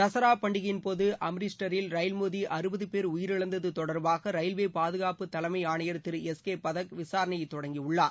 தசரா பண்டிகையின்போது அம்ரிஸ்டரில் ரயில் மோதி அறுபது பேர் உயிரிழந்தது தொடர்பாக ரயில்வே பாதுகாப்பு தலைமை ஆணையர் திரு எஸ் கே பதக் விசாரணையை தொடங்கியுள்ளார்